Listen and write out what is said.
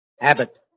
Abbott